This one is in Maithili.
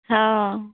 हँ